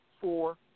four